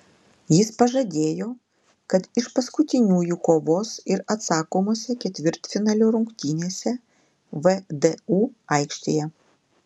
jis pažadėjo kad iš paskutiniųjų kovos ir atsakomose ketvirtfinalio rungtynėse vdu aikštėje